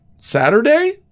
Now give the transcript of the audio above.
Saturday